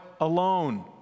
alone